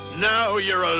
now you're